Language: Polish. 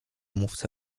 mówca